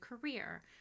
career